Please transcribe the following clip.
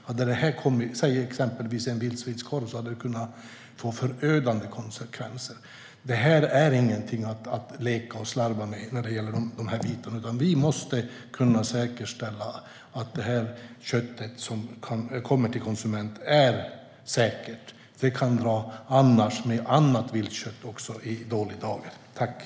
Hade detta hamnat i en vildsvinskorv kunde det ha fått förödande konsekvenser.